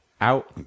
Out